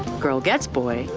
girl gets boy,